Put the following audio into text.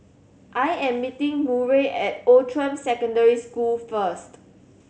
I am meeting Murray at Outram Secondary School first